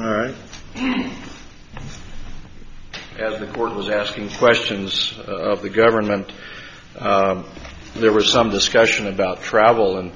as the court was asking questions of the government there was some discussion about travel and